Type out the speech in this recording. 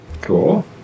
Cool